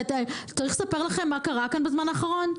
צריך לספר לכם מה קרה כאן בזמן האחרון?